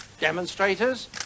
demonstrators